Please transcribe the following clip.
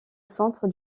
centre